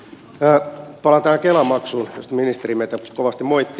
palaan tähän kela maksuun josta ministeri meitä kovasti moitti